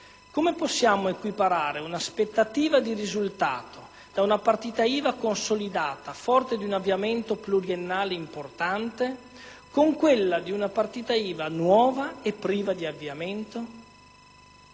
come possiamo equiparare un'aspettativa di risultato di una partita IVA consolidata, forte di un avviamento pluriennale importante, con quella di una partita IVA nuova e priva di avviamento?